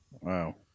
Wow